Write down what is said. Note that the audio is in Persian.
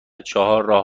چهارراه